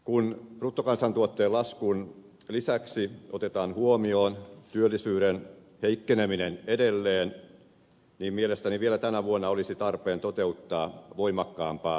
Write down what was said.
kun bruttokansantuotteen laskun lisäksi otetaan huomioon työllisyyden heikkeneminen edelleen niin mielestäni vielä tänä vuonna olisi tarpeen toteuttaa voimakkaampaa elvytystä